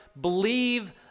Believe